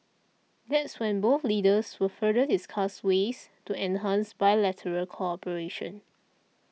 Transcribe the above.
that's when both leaders will further discuss ways to enhance bilateral cooperation